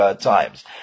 times